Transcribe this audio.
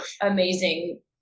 amazing